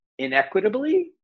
inequitably